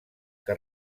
que